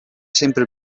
sempre